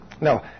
No